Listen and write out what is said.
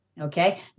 okay